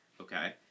Okay